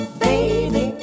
baby